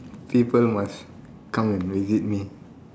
people must come and visit me